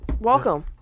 Welcome